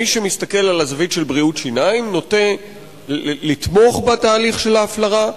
מי שמסתכל על הזווית של בריאות שיניים נוטה לתמוך בתהליך של ההפלרה,